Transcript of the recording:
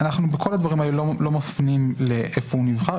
בכל הדברים האלה אנחנו לא מפנים לאיפה הוא נבחר.